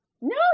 No